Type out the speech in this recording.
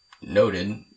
noted